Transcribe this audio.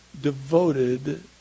devoted